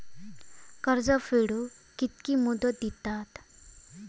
कर्ज फेडूक कित्की मुदत दितात?